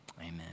amen